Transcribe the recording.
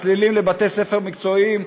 מסלילים לבתי ספר מקצועיים.